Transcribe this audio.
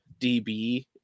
DB